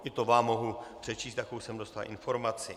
I to vám mohu přečíst, jakou jsem dostal informaci.